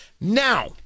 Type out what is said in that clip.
Now